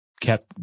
kept